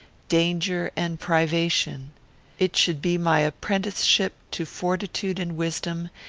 danger, and privation it should be my apprenticeship to fortitude and wisdom,